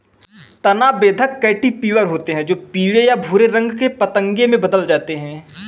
तना बेधक कैटरपिलर होते हैं जो पीले या भूरे रंग के पतंगे में बदल जाते हैं